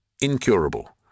Incurable